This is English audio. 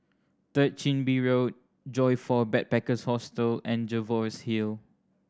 Third Chin Bee Road Joyfor Backpackers' Hostel and Jervois Hill